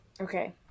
Okay